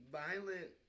violent